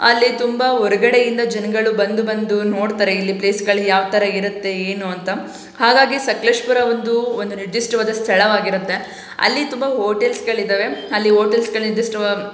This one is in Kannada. ಅಲ್ಲಿ ತುಂಬ ಹೊರ್ಗಡೆಯಿಂದ ಜನಗಳು ಬಂದು ಬಂದು ನೋಡ್ತಾರೆ ಇಲ್ಲಿ ಪ್ಲೇಸ್ಗಳು ಯಾವ ಥರ ಇರುತ್ತೆ ಏನು ಅಂತ ಹಾಗಾಗಿ ಸಕಲೇಶ್ಪುರ ಒಂದು ಒಂದು ನಿರ್ದಿಷ್ಟ್ವಾದ ಸ್ಥಳವಾಗಿರುತ್ತೆ ಅಲ್ಲಿ ತುಂಬ ಹೋಟೆಲ್ಸ್ಗಳಿದ್ದವೆ ಅಲ್ಲಿ ಓಟೆಲ್ಸ್ಗಳಿದ್ದಷ್ಟು